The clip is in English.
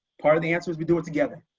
part of the answer is we do it together.